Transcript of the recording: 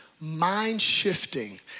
mind-shifting